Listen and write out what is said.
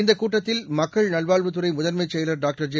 இந்தக் கூட்டத்தில் மக்கள் நல்வாழ்வுத்துறை முதன்மைச் செயலர் டாக்டர் ஜெ